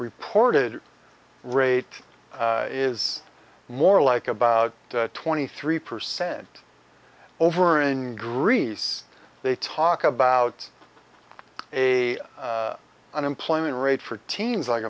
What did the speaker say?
reported rate is more like about twenty three percent over in greece they talk about a unemployment rate for teens like